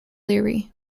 leary